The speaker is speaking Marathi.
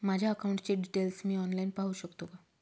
माझ्या अकाउंटचे डिटेल्स मी ऑनलाईन पाहू शकतो का?